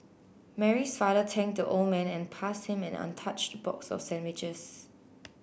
Mary's father thanked the old man and passed him an untouched box of sandwiches